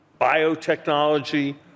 biotechnology